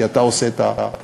כי אתה עושה את העניין,